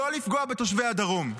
לא לפגוע בתושבי הדרום.